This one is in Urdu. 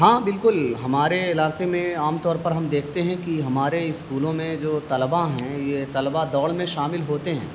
ہاں بالکل ہمارے علاقے میں عام طور پر ہم دیکھتے ہیں کہ ہمارے اسکولوں میں جو طلبا ہیں یہ طلبہ دوڑ میں شامل ہوتے ہیں